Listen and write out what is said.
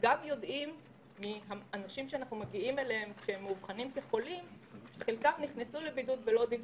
יש אנשים מאובחנים שנכנסו לבידוד ולא דיווחו.